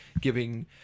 giving